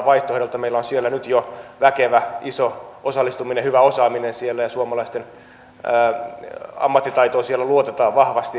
meillä on nyt jo väkevä iso osallistuminen ja hyvä osaaminen siellä ja suomalaisten ammattitaitoon siellä luotetaan vahvasti